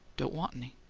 don't want ny.